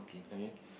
okay